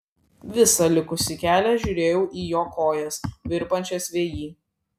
visą likusį kelią žiūrėjau į jo kojas virpančias vėjy